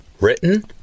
written